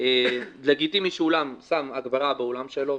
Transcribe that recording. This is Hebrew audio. לגיטימי שאולם שם הגברה באולם שלו,